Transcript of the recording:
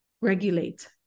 regulate